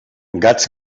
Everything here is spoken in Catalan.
gats